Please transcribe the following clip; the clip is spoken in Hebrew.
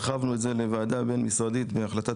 הרחבנו את זה לוועדה בין משרדית בהחלטת